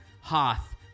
Hoth